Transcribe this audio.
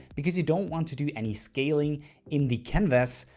because you don't want to do any scaling in the canvas,